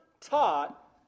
taught